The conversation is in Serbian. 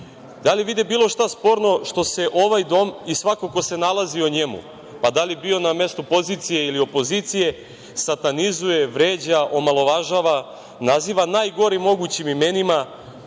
Da li vide bilo šta sporno što se ovaj dom i svako ko se nalazi u njemu, pa da li bio na mestu pozicije ili opozicije, satanizuje, vređa, omalovažava, naziva najgorim mogućim imenima